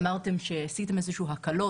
אמרתם שעשיתם איזשהן הקלות.